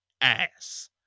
ass